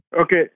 Okay